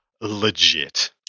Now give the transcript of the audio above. Legit